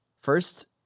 First